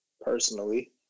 personally